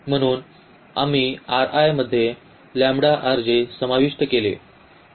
म्हणून आम्ही मध्ये समाविष्ट केले